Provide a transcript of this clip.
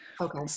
Okay